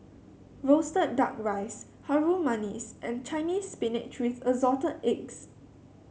roasted duck rice Harum Manis and Chinese Spinach with Assorted Eggs